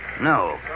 No